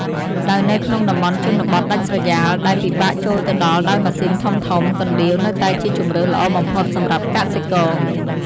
ដោយនៅក្នុងតំបន់ជនបទដាច់ស្រយាលដែលពិបាកចូលទៅដល់ដោយម៉ាស៊ីនធំៗ កណ្ដៀវនៅតែជាជម្រើសល្អបំផុតសម្រាប់កសិករ។